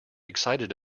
excited